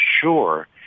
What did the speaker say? sure